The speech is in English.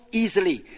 easily